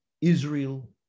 Israel